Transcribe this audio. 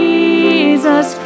Jesus